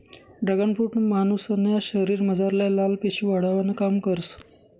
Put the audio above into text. dragon fruit मानुसन्या शरीरमझारल्या लाल पेशी वाढावानं काम करस